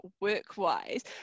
work-wise